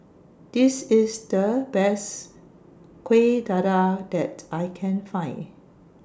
This IS The Best Kueh Dadar that I Can Find